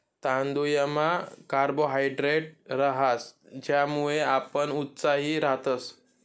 तांदुयमा कार्बोहायड्रेट रहास ज्यानामुये आपण उत्साही रातस